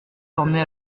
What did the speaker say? formait